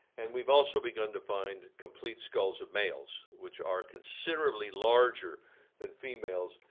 and we've also begun to find complete skulls of males, which are considerably larger than females.